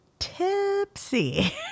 Tipsy